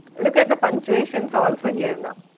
look at the punctuations also here now.